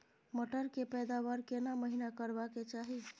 मटर के पैदावार केना महिना करबा के चाही?